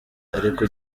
ariko